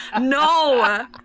No